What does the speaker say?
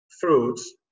fruits